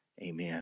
Amen